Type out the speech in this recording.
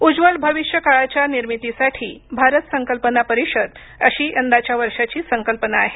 उज्ज्वल भविष्य काळाच्या निर्मितीसाठी भारत संकल्पना परिषद अशी यंदाच्या वर्षांची संकल्पना आहे